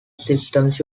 systems